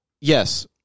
yes